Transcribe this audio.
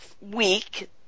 week